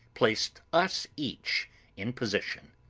placed us each in position.